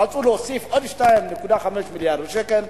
רצו להוסיף עוד 2.5 מיליארד שקל,